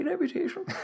reputation